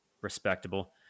respectable